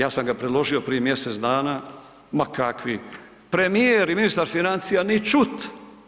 Ja sam ga predložio prije mjesec dana, ma kakvi, premijer i ministar financija ni čut.